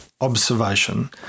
observation